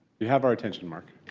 you have our attention, mark.